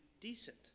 decent